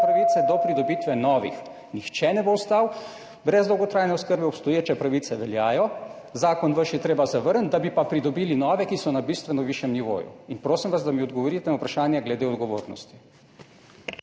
pravice do pridobitve novih. Nihče ne bo ostal brez dolgotrajne oskrbe, obstoječe pravice veljajo, zakon je treba zavrniti, da bi pridobili nove, ki so na bistveno višjem nivoju. In prosim vas, da mi odgovorite na vprašanja glede odgovornosti.